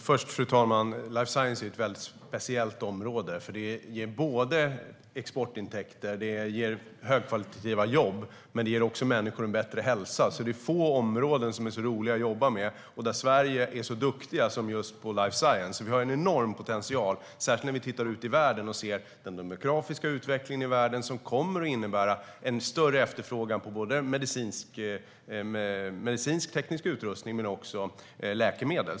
Fru talman! Life science är ett mycket speciellt område. Det ger exportintäkter, skapar högkvalitativa jobb och ger människor en bättre hälsa. Det är få områden som är så roliga att jobba med och där Sverige är så duktigt som just i life science. Det finns en enorm potential. Den syns särskilt när vi tittar ut i världen och ser den demografiska utvecklingen. Den kommer att innebära en större efterfrågan på både medicinsk-teknisk utrustning och läkemedel.